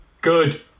Good